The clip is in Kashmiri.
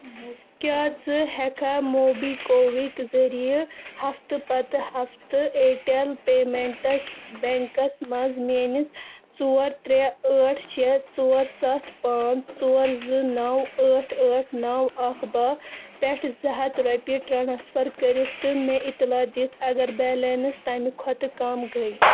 کیٛاہ ژٕ ہٮ۪کا موبی کُوِک ذٔریعہٕ ہفتہٕ پتہٕ ہفتہٕ اِیَرٹیٚل پیمٮ۪نٛٹس بیٚنٛکَس منٛز میٛٲنِس ژور ترٛےٚ ٲٹھ شیٚے ژور سَتھ پانٛژھ ژور زٕ نو ٲٹھ ٲٹھ نو اکھ باہ پٮ۪ٹھ زٕ ہتھ رۄپیہِ ٹرانٕسفر کٔرِتھ تہٕ مےٚ اِطلاع دِتھ اگر بیلنس تَمہِ کھۄتہٕ کم گٔے